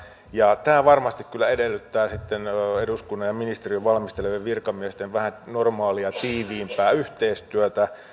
ja yksinkertaisia tämä varmasti kyllä edellyttää sitten eduskunnan ja ministeriön valmistelevien virkamiesten vähän normaalia tiiviimpää yhteistyötä